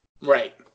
Right